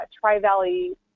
Tri-Valley